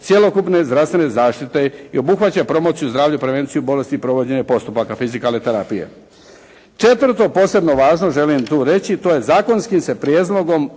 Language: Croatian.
cjelokupne zdravstvene zaštite i obuhvaća promociju zdravlja, prevenciju bolesti i provođenje postupaka fizikalne terapije. Četvrto posebno važno želim tu reći to je zakonskim se prijedlogom